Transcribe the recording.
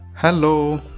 Hello